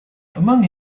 among